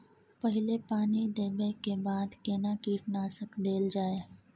पहिले पानी देबै के बाद केना कीटनासक देल जाय?